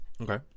Okay